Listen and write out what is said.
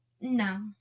No